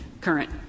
current